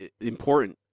important